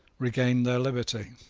regained their liberty.